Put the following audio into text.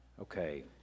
Okay